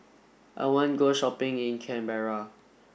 I want go shopping in Canberra